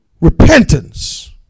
Repentance